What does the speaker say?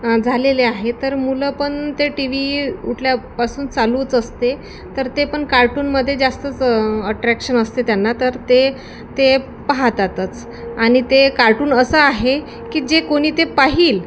झालेले आहे तर मुलं पण ते टी व्ही उठल्यापासून चालूच असते तर ते पण कार्टूनमध्ये जास्तच अट्रॅक्शन असते त्यांना तर ते ते पाहतातच आणि ते कार्टून असं आहे की जे कोणी ते पाहील